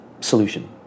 solution